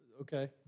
Okay